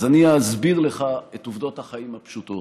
אז אני אסביר לך את עובדות החיים הפשוטות: